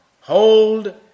hold